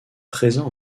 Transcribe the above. présent